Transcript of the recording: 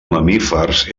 mamífers